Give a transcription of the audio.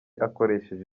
akoresheje